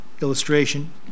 illustration